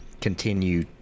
continue